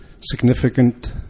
significant